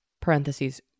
parentheses